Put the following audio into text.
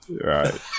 right